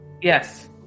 Yes